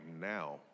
now